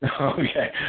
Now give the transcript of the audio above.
Okay